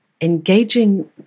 Engaging